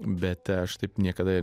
bet aš taip niekada